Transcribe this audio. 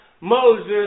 Moses